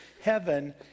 heaven